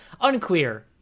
Unclear